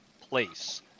place